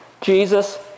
Jesus